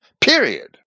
Period